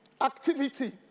activity